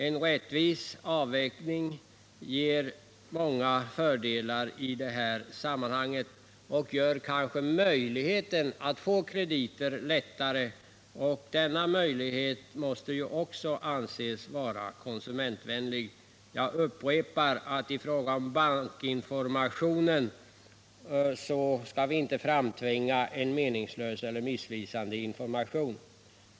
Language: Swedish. En rättvis avvägning ger många fördelar och ökar möjligheterna att få krediter, och detta måste ju också anses vara konsumentvänligt. I fråga om bankinformationen upprepar jag att vi inte vill framtvinga en meningslös eller missvisande information.